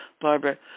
Barbara